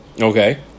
Okay